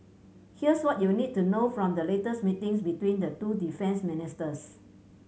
here's what you need to know from the latest meetings between the two defence ministers